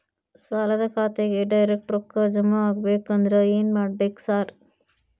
ಸಾಲದ ಖಾತೆಗೆ ಡೈರೆಕ್ಟ್ ರೊಕ್ಕಾ ಜಮಾ ಆಗ್ಬೇಕಂದ್ರ ಏನ್ ಮಾಡ್ಬೇಕ್ ಸಾರ್?